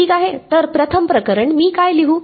तर प्रथम प्रकरण मी काय लिहू